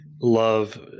love